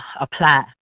apply